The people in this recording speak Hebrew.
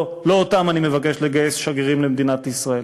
לא אותם אני מבקש לגייס כשגרירים של מדינת ישראל.